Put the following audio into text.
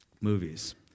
movies